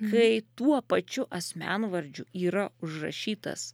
kai tuo pačiu asmenvardžiu yra užrašytas